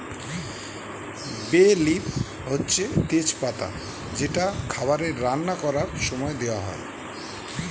বে লিফ মানে হচ্ছে তেজ পাতা যেটা খাবারে রান্না করার সময়ে দেওয়া হয়